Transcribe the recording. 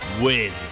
win